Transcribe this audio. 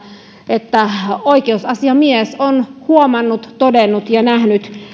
että oikeusasiamies on huomannut todennut ja nähnyt